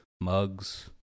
mugs